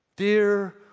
Dear